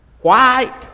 White